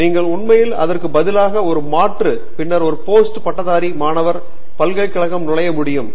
நீங்கள் உண்மையில் அதற்கு பதிலாக ஒரு மாற்று பின்னர் ஒரு போஸ்ட் பட்டதாரி மாணவர் பல்கலைக்கழகம் நுழைய முடியும்